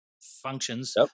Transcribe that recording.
functions